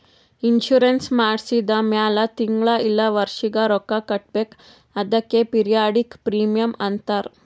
insurance ಮಾಡ್ಸಿದ ಮ್ಯಾಲ್ ತಿಂಗಳಾ ಇಲ್ಲ ವರ್ಷಿಗ ರೊಕ್ಕಾ ಕಟ್ಬೇಕ್ ಅದ್ಕೆ ಪಿರಿಯಾಡಿಕ್ ಪ್ರೀಮಿಯಂ ಅಂತಾರ್